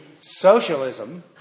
socialism